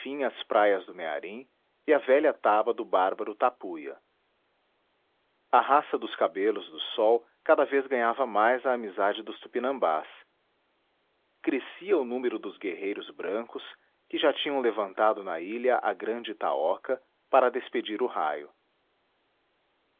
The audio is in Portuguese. as praias do mearim e a velha taba do bárbaro tapuia a raça dos cabelos do sol cada vez ganhava mais a amizade dos tupinambás crescia o número dos guerreiros brancos que já tinham levantado na ilha a grande itaoca para despedir o raio